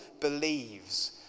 believes